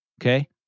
Okay